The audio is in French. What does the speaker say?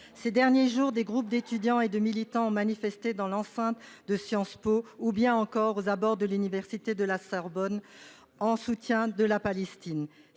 ces derniers jours, des groupes d’étudiants et de militants ont manifesté dans l’enceinte de Sciences Po ou aux abords de la Sorbonne, en soutien à la Palestine.